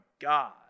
God